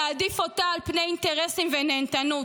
תעדיף אותה על פני אינטרסים ונהנתנות,